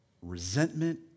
resentment